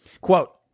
Quote